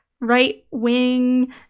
right-wing